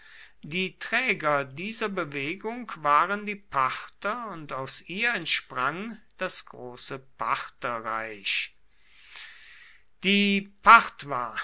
die träger dieser bewegung waren die parther und aus ihr entsprang das große partherreich die